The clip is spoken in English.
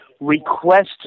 request